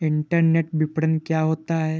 Internet विपणन क्या होता है?